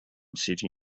city